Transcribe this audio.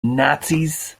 nazis